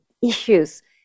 issues